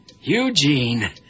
Eugene